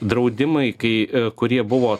draudimai kai kurie buvo